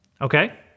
Okay